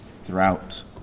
throughout